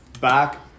back